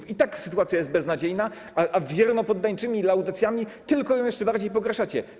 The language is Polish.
I tak sytuacja jest beznadziejna, a wiernopoddańczymi laudacjami tylko ją jeszcze bardziej pogarszacie.